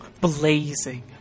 blazing